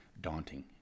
daunting